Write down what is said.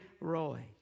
Roy